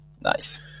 nice